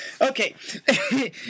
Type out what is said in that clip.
Okay